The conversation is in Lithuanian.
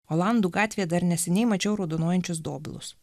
olandų gatvėje dar neseniai mačiau raudonuojančios dobilus